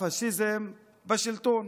הפשיזם בשלטון.